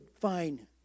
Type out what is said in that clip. fine